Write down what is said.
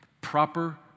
Proper